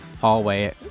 hallway